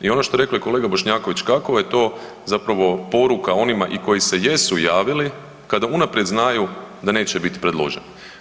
I ono što je rekao i kolega Bošnjaković kakva je to zapravo poruka onima i koji se jesu javili kada unaprijed znaju da neće bit predloženi?